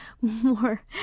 more